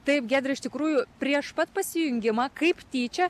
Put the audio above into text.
taip giedre iš tikrųjų prieš pat pasijungimą kaip tyčia